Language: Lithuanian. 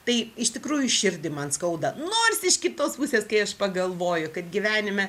tai iš tikrųjų širdį man skauda nors iš kitos pusės kai aš pagalvoju kad gyvenime